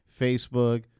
Facebook